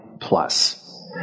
plus